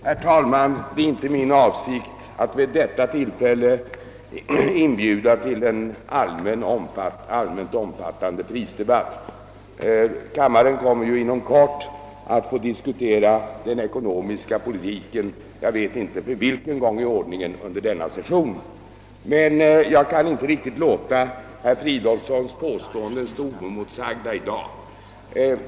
Herr talman! Det är inte min avsikt att vid detta tillfälle inbjuda till en allmänt omfattande prisdebatt; kammarens ledamöter kommer ju inom kort att få diskutera den ekonomiska politiken, jag vet inte för vilken gång i ordningen under denna session. Jag kan emellertid inte låta herr Fridolfssons i Stockholm påståenden stå oemotsagda i dag.